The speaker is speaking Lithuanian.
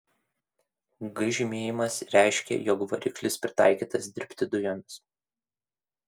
g žymėjimas reiškė jog variklis pritaikytas dirbti dujomis